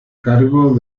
cargo